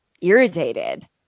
irritated